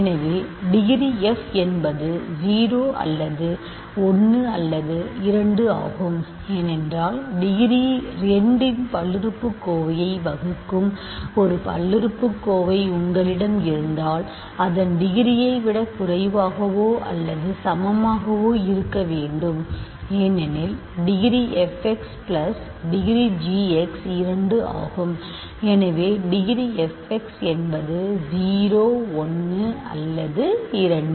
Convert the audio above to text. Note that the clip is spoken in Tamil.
எனவே டிகிரி f என்பது 0 அல்லது 1 அல்லது 2 ஆகும் ஏனென்றால் டிகிரி 2 இன் பல்லுறுப்புக்கோவையை வகுக்கும் ஒரு பல்லுறுப்புக்கோவை உங்களிடம் இருந்தால் அதன் டிகிரியை விட குறைவாகவோ அல்லது சமமாகவோ இருக்க வேண்டும் ஏனெனில் டிகிரி fx டிகிரிgx 2 ஆகும் எனவே டிகிரி f x என்பது 0 1 அல்லது 2